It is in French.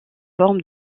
forme